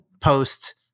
post